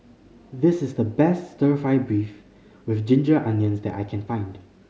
this is the best Stir Fry beef with ginger onions that I can find